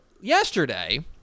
yesterday